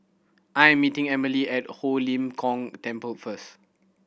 I'm meeting Emelie at Ho Lim Kong Temple first